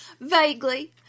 vaguely